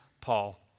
Paul